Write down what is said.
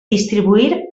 distribuir